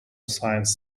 science